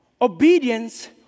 Obedience